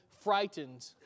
frightened